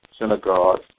synagogues